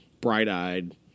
bright-eyed